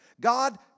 God